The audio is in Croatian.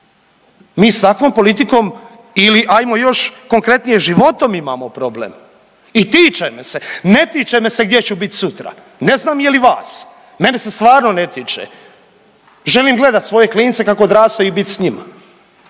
Mi sa takvom politikom ili hajmo još konkretnije životom imamo problem i tiče me se. Ne tiče me se gdje ću bit sutra, ne znam je li vas. Mene se stvarno ne tiče. Želim gledati svoje klince kako odrastaju i bit s njima,